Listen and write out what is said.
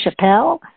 Chappelle